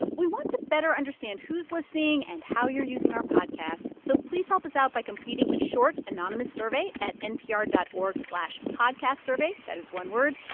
we want to better understand who's listening and how you're using our podcast, so please help us out by completing a short, anonymous survey at npr dot org slash podcastsurvey. that is one word.